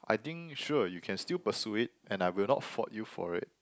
I think sure you can still pursue it and I will not fault you for it